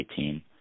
2018